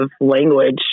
language